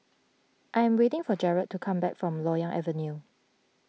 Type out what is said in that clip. I'm waiting for Jarrell to come back from Loyang Avenue